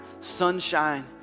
sunshine